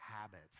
habits